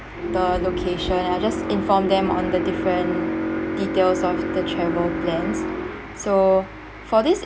the location I just inform them on the different details of the travel plans so for this